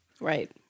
Right